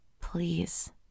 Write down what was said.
please